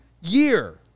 year